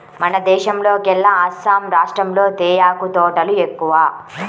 మన దేశంలోకెల్లా అస్సాం రాష్టంలో తేయాకు తోటలు ఎక్కువ